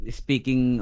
speaking